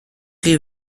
chi